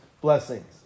blessings